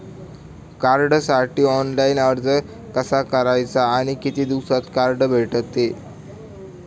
कार्डसाठी ऑनलाइन अर्ज कसा करतात आणि किती दिवसांत कार्ड भेटते?